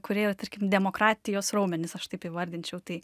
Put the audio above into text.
kurie yra tarkim demokratijos raumenys aš taip įvardinčiau tai